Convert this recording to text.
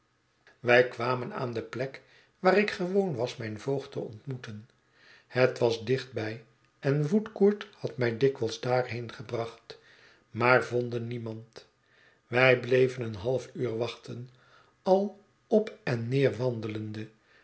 wij kwamen aan de plek waar ik gewoon was mijn voogd te ontmoeten het was dichtbij en woodcourt had mij dikwijls daarheen gebracht maar vonden niemand wij bleven een half uur wachten al op en neer wandelende